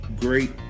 great